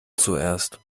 zuerst